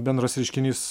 bendras reiškinys